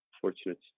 fortunate